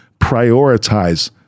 prioritize